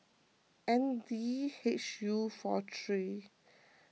N D H U four three